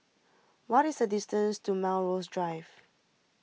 what is the distance to Melrose Drive